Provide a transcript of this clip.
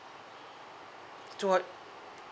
to what